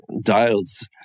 dials